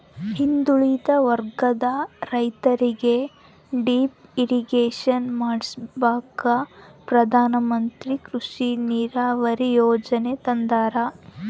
ಹಿಂದುಳಿದ ವರ್ಗದ ರೈತರಿಗೆ ಡಿಪ್ ಇರಿಗೇಷನ್ ಮಾಡಿಸ್ಕೆಂಬಕ ಪ್ರಧಾನಮಂತ್ರಿ ಕೃಷಿ ನೀರಾವರಿ ಯೀಜನೆ ತಂದಾರ